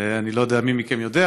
אני לא יודע מי מכם יודע,